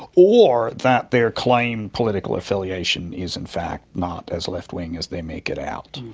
or that their claimed political affiliation is in fact not as left-wing as they make it out.